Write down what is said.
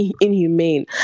inhumane